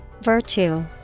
Virtue